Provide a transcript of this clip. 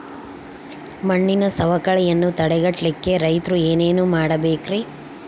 ಮಣ್ಣಿನ ಸವಕಳಿಯನ್ನ ತಡೆಗಟ್ಟಲಿಕ್ಕೆ ರೈತರು ಏನೇನು ಮಾಡಬೇಕರಿ?